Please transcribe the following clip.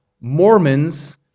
Mormons